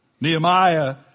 Nehemiah